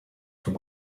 from